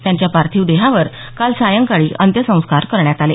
त्यांच्या पार्थिव देहावर काल सायंकाळी अंत्यसंस्कार करण्यात आले